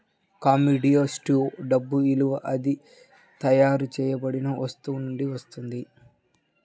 కమోడిటీస్లో డబ్బు విలువ అది తయారు చేయబడిన వస్తువు నుండి వస్తుంది